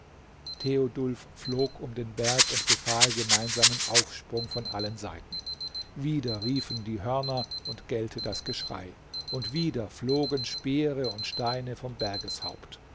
theodulf flog um den berg und befahl gemeinsamen aufsprung von allen seiten wieder riefen die hörner und gellte das geschrei und wieder flogen speere und steine vom